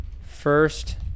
First